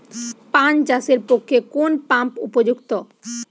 পান চাষের পক্ষে কোন পাম্প উপযুক্ত?